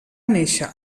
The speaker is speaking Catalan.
néixer